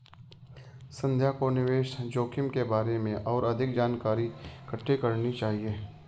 संध्या को निवेश जोखिम के बारे में और अधिक जानकारी इकट्ठी करनी चाहिए